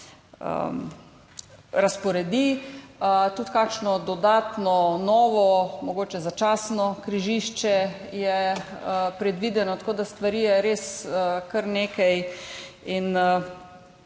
razporedi. Tudi kakšno dodatno, novo, mogoče začasno križišče je predvideno. Tako da stvari je res kar nekaj.